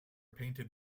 painted